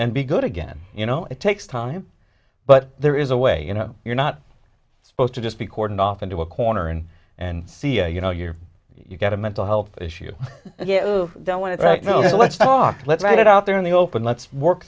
and be good again you know it takes time but there is a way you know you're not supposed to just be cordoned off into a corner and and see a you know you're you've got a mental health issue you don't want to know let's talk let's write it out there in the open let's work